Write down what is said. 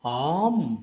ஆம்